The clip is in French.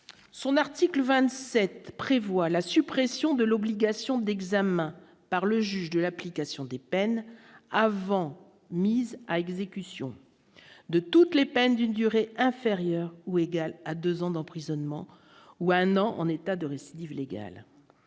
son article 27 prévoit la suppression de l'obligation d'examen par le juge de l'application des peines avant mise à exécution de toutes les peines d'une durée inférieure ou égale à 2 ans d'emprisonnement ou un an, en état de récidive légale,